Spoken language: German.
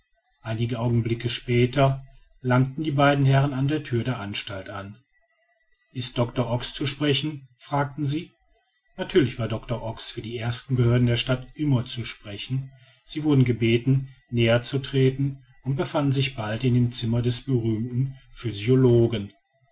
einige augenblicke später langten die beiden herren an der thüre der anstalt an ist doctor ox zu sprechen fragten sie natürlich war doctor ox für die ersten behörden der stadt immer zu sprechen sie wurden gebeten näher zu treten und befanden sich bald in dem zimmer des berühmten physiologen